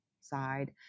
side